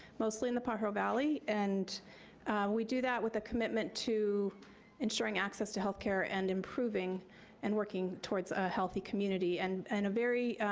mostly in the pajaro valley and we do that with a commitment to ensuring access to health care and improving and working towards a healthy community, and and a very